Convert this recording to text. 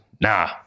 Nah